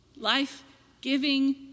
life-giving